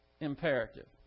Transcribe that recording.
imperative